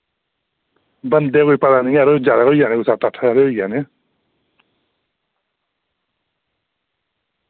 बंदे कोई पता नी ऐ यरो ज्यादा होई जाने कोई सत्त अट्ठ हारे होई जाने